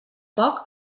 foc